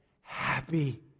happy